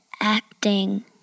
acting